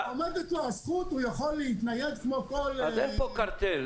עומדת לו הזכות והוא יכול להתנייד כמו כל -- אז איפה קרטל?